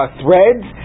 threads